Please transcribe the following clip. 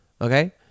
Okay